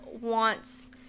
wants